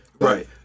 Right